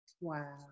Wow